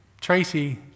tracy